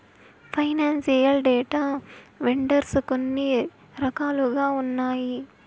financial data vendors కొన్ని రకాలుగా ఉన్నాయి